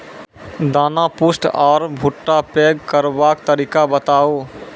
दाना पुष्ट आर भूट्टा पैग करबाक तरीका बताऊ?